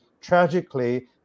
tragically